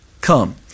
come